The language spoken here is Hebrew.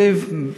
זיו,